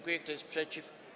Kto jest przeciw?